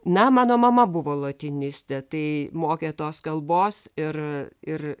na mano mama buvo lotynistė tai mokė tos kalbos ir ir